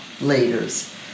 leaders